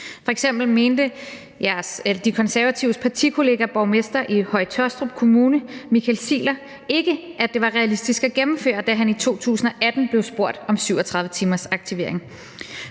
F.eks. mente De Konservatives partikollega og borgmester i Høje-Taastrup Kommune, Michael Ziegler, ikke, at det var realistisk at gennemføre, da han i 2018 blev spurgt om 37 timers aktivering,